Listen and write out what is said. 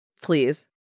Please